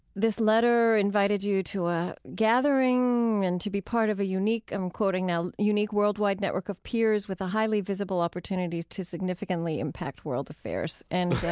this letter invited you to a gathering and to be part of a unique i'm quoting now, unique worldwide network of peers with a highly visible opportunity to significantly impact world affairs. and